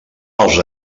els